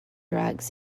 rags